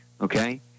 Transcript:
Okay